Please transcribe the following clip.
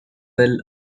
fell